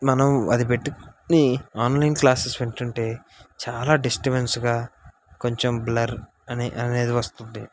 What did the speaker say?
మనం అది పెట్టుకొని ఆన్లైన్ క్లాసెస్ వింటుంటే చాలా డిస్టర్బన్స్గా కొంచెం బ్లర్ అనే అనేది వస్తుంది